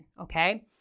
okay